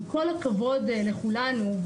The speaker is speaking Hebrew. עם כל הכבוד לכולנו,